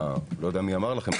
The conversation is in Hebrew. לא יודע מי אמר לכם,